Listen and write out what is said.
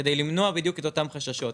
כדי למנוע בדיוק את אותם חששות.